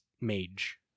Mage